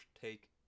take